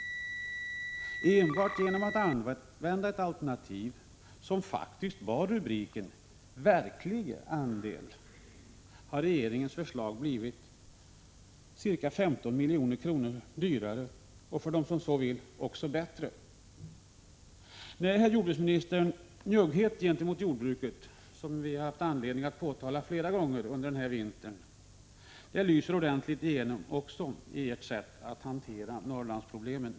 Enbart genom att använda ett alternativ som faktiskt bar rubriken ”verklig andel” har regeringens förslag blivit ca 15 milj.kr. dyrare och för den som så vill också bättre. Nej, herr jordbruksminister, den njugghet gentemot jordbruket som vi har haft anledning att påtala flera gånger under vintern lyser ordentligt igenom också i ert sätt att hantera Norrlandsproblemen.